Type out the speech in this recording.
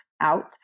out